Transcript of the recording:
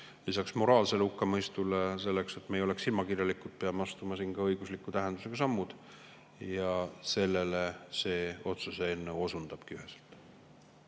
lisaks moraalsele hukkamõistule, selleks, et me ei oleks silmakirjalikud, peame astuma ka õigusliku tähendusega sammud. Sellele see otsuse eelnõu üheselt